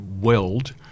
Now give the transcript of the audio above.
Weld